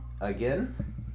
Again